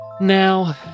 Now